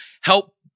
help